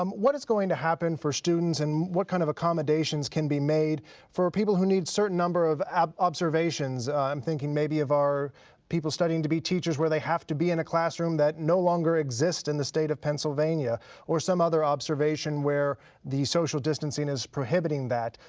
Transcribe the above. um what is going to happen for students and what kind of accommodations can be made for people who need certain number of um observations? i'm thinking maybe of people studying to be teachers where they have to be in a classroom that no longer exists in the state of pennsylvania or some other observation where the social distancing is prohibiting that,